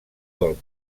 del